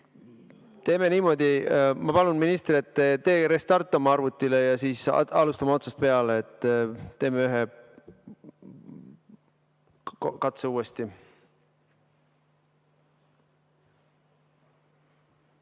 Teeme niimoodi: ma palun ministrit, et tee restart oma arvutile ja alustame otsast peale. Teeme ühe katse uuesti.